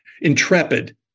intrepid